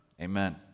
amen